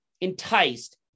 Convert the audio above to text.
enticed